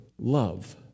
love